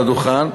על הדוכן,